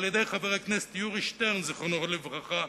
על-ידי חבר הכנסת יורי שטרן, זיכרונו לברכה,